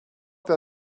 that